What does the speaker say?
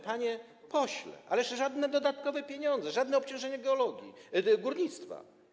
Panie pośle, ależ żadne dodatkowe pieniądze, żadne obciążenie geologii, górnictwa.